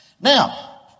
Now